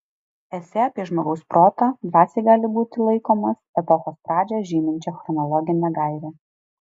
esė apie žmogaus protą drąsiai gali būti laikomas epochos pradžią žyminčia chronologine gaire